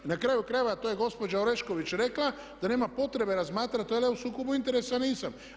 I na kraju krajeva to je gospođa Orešković rekla da nema potrebe razmatrati jer ja u sukobu interesa nisam.